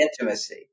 intimacy